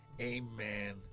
amen